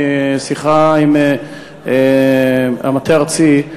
משיחה עם המטה הארצי,